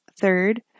Third